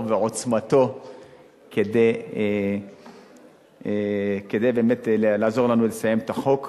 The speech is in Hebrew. ועוצמתו כדי באמת לעזור לנו לסיים את החוק.